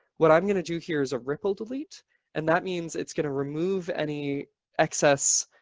what i'm going to do here is a ripple delete and that means it's going to remove any excess